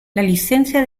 licencia